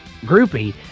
groupie